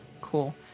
Cool